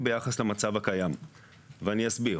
אני הולך